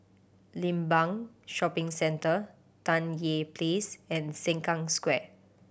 Limbang Shopping Centre Tan Tye Place and Sengkang Square